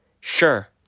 Sure